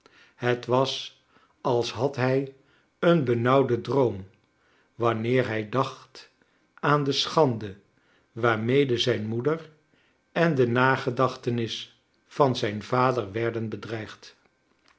het was als had hij een benauwden droom wanneer hij dacht aan de schande waarmede zijn moeder en de nagedachtenis van zijn vader warden bedreigd